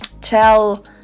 tell